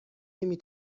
نمی